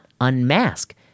unmask